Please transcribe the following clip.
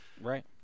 Right